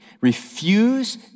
Refuse